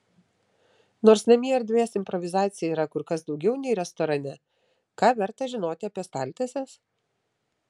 nors namie erdvės improvizacijai yra kur kas daugiau nei restorane ką verta žinoti apie staltieses